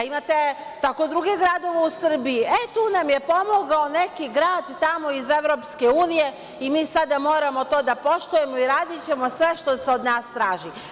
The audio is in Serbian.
Imate tako druge gradove u Srbiji – e, tu nam je pomogao neki grad tamo iz EU i mi sada moramo to da poštujemo i radićemo sve što se od nas traži.